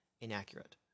inaccurate